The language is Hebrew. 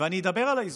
ואני אדבר על האיזונים,